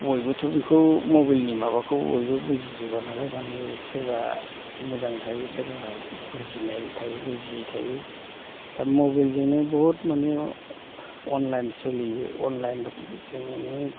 बयबोथ' बेखौ मबेलनि माबाखौ बयबो बुजिजोबा नालाय मानि सोरबा मोजां थायो सोरबा बुजिनाय थायो बुजियै थायो दा मबेलजोंनो बहुत मानि अनलाइन सलियो अनलाइनजों नों